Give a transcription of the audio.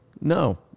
No